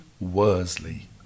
Worsley